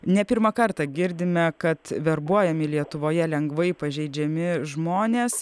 ne pirmą kartą girdime kad verbuojami lietuvoje lengvai pažeidžiami žmonės